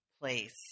place